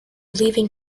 leaving